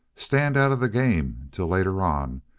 stand out of the game till later on.